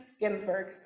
Ginsburg